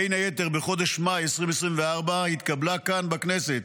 בין היתר, בחודש מאי 2024 התקבלה כאן בכנסת